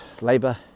Labour